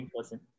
person